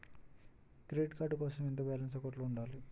Credit card కోసం ఎంత balance అకౌంట్లో ఉంచాలి?